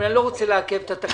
אבל אני לא רוצה לעכב את התקנות.